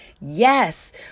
Yes